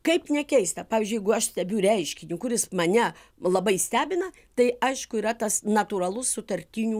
kaip ne keista pavyzdžiui jeigu aš stebiu reiškinį kuris mane labai stebina tai aišku yra tas natūralus sutartinių